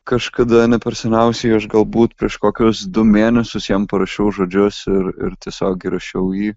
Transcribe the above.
kažkada neperseniausiai aš galbūt prieš kokius du mėnesius jam parašiau žodžius ir ir tiesiog įrašiau jį